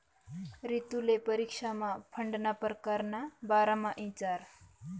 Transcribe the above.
रितुले परीक्षामा फंडना परकार ना बारामा इचारं